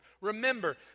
Remember